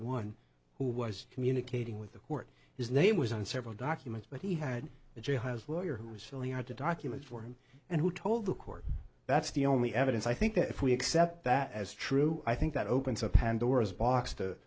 one who was communicating with the court his name was on several documents but he had a jailhouse lawyer who was really hard to document for him and who told the court that's the only evidence i think that if we accept that as true i think that opens a pandora's box to